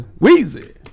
Weezy